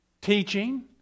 Teaching